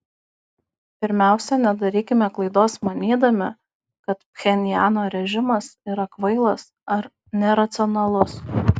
pirmiausia nedarykime klaidos manydami kad pchenjano režimas yra kvailas ar neracionalus